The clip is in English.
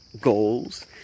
goals